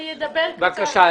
אני אדבר בקצרה.